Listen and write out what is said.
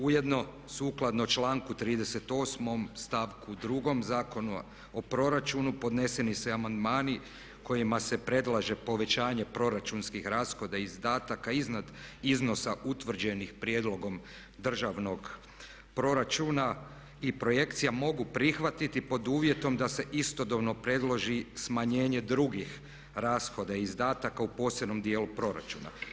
Ujedno, sukladno članku 38. stavku 2. Zakona o proračunu podneseni se amandmani kojima se predlaže povećanje proračunskih rashoda i izdataka iznad iznosa utvrđenih prijedlogom državnog proračuna i projekcija mogu prihvatiti pod uvjetom da se istodobno predloži smanjenje drugih rashoda i izdataka u posebnom dijelu proračuna.